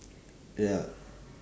ya